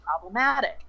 problematic